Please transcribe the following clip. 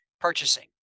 purchasing